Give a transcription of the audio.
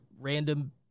random